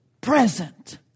present